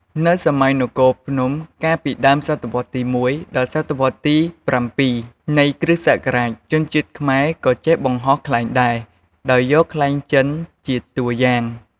នៅសម័យនគរភ្នំកាលពីដើម សតវត្ស ទី១ ដល់ សតវត្ស ទី៧ នៃ គ្រិស្ដសករាជ ជនជាតិខ្មែរក៏ចេះបង្ហោះខ្លែងដែរ ដោយយកខ្លែងចិនជាតួយ៉ាង។